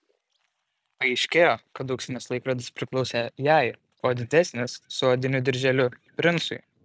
paaiškėjo kad auksinis laikrodis priklausė jai o didesnis su odiniu dirželiu princui